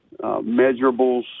measurables